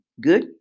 good